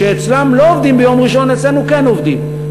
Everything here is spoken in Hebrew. כשאצלם לא עובדים ביום ראשון, אצלנו כן עובדים.